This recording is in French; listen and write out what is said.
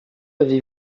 avez